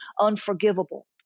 unforgivable